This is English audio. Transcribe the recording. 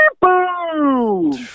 boom